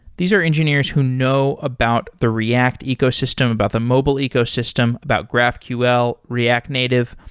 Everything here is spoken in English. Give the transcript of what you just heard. these are engineers who know about the react ecosystem, about the mobile ecosystem, about graphql, react native.